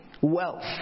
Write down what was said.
wealth